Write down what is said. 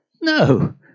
No